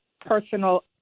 personal